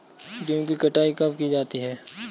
गेहूँ की कटाई कब की जाती है?